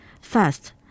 First